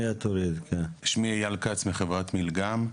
מחברת מלגם.